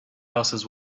houses